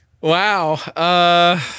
wow